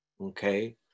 okay